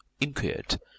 inquired